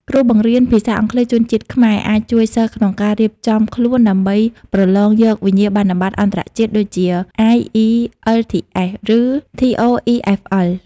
គ្រូបង្រៀនភាសាអង់គ្លេសជនជាតិខ្មែរអាចជួយសិស្សក្នុងការរៀបចំខ្លួនដើម្បីប្រឡងយកវិញ្ញាបនបត្រអន្តរជាតិដូចជា IELTS ឬ TOEFL។